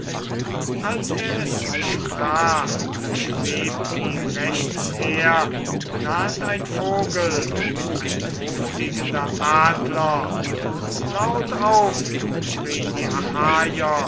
als er es sprach da schwebt ihm rechtsher nahend ein vogel ein hochfliegender adler und lautauf schrien die